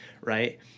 right